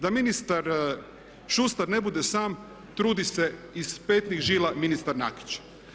Da ministar Šustar ne bude sam trudi se iz petnih žila ministar Nakić.